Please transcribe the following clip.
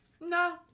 no